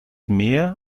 mehr